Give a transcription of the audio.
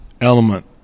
element